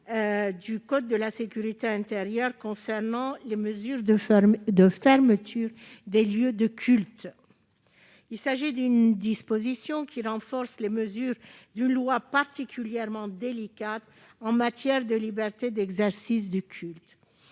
du code de la sécurité intérieure concernant les mesures de fermeture des lieux de culte. Cette disposition renforce les mesures d'une loi particulièrement délicate en matière de liberté d'exercice du culte,